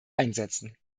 einsetzen